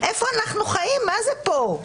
איפה אנחנו חיים, מה זה פה?